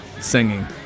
singing